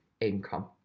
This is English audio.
income